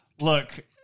look